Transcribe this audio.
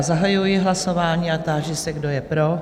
Zahajuji hlasování a táži se, kdo je pro?